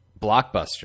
blockbuster